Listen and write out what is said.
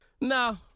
No